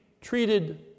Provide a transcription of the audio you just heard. treated